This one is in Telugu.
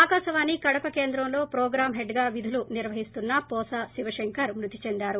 ఆకాశవాణి కడప కేంద్రంలో ప్రోగ్రామ్ హెడ్గా విధులు నిర్వహిస్తున్న పోసా శివశంకర్ మృతి చెందారు